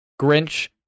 grinch